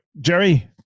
Jerry